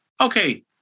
Okay